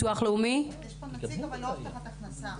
יש פה נציג, אבל לא מהבטחת הכנסה.